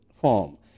form